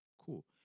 Cool